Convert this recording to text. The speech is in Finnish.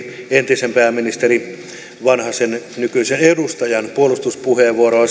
entisen pääministeri vanhasen nykyisen edustajan varmasti oikeutettuakin puolustuspuheenvuoroa